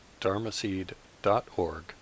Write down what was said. dharmaseed.org